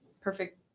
perfect